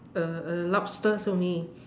uh a lobster to me